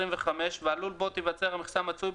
אלא אם כן קיבל היתר מוועדת